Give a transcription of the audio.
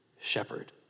shepherd